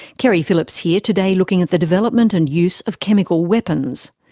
keri phillips here today looking at the development and use of chemical weapons.